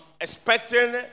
expecting